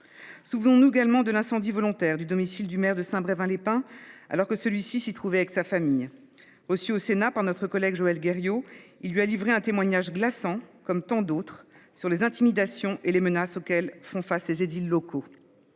Souvenons nous également de l’incendie volontaire du domicile du maire de Saint Brevin les Pins, alors que ce dernier s’y trouvait avec sa famille. Lorsqu’il fut reçu au Sénat par Joël Guerriau, Yannick Morez lui a livré un témoignage glaçant, comme tant d’autres, sur les intimidations et les menaces auxquelles font face les édiles locaux.